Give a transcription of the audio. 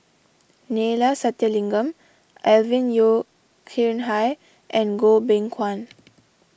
Neila Sathyalingam Alvin Yeo Khirn Hai and Goh Beng Kwan